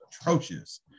atrocious